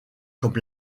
comme